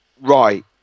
right